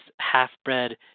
half-bred